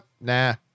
nah